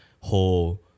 whole